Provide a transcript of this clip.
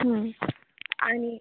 आणि